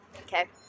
Okay